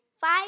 Five